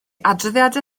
adroddiadau